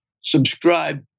subscribe